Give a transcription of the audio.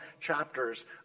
chapters